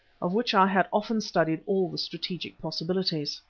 of which i had often studied all the strategic possibilities.